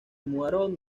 mudaron